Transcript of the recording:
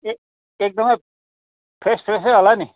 एक एकदमै फ्रेस फ्रेसै होला नि